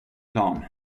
plan